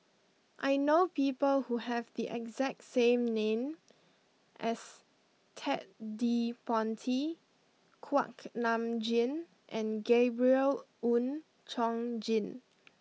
I know people who have the exact same name as Ted De Ponti Kuak Nam Jin and Gabriel Oon Chong Jin